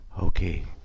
Okay